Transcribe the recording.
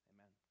Amen